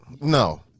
no